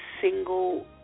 single